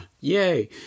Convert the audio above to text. yay